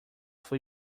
foi